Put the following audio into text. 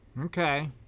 Okay